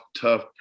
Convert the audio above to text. tough